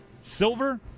Silver